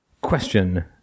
Question